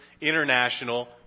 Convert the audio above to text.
international